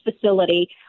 facility